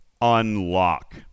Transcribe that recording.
Unlock